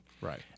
Right